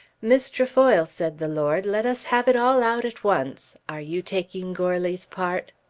miss trefoil, said the lord, let us have it all out at once. are you taking goarly's part?